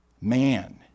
man